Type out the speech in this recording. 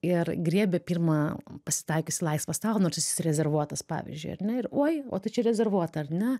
ir griebia pirmą pasitaikiusį laisvą stalą nors jis rezervuotas pavyzdžiui ar ne ir oi o tai čia rezervuota ar ne